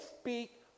speak